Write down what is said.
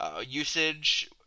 usage